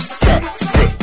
sexy